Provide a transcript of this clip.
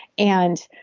and